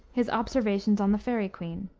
his observations on the faerie queene.